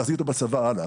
להחזיק אותו בצבא הלאה.